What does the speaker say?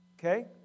Okay